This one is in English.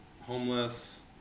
Homeless